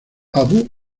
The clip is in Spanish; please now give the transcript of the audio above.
abu